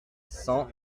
cent